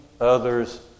others